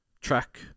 track